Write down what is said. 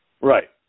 Right